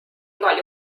igal